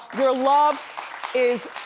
your love is